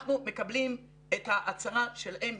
אנחנו מקבלים את ההצהרה שלהם,